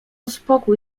spokój